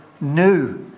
new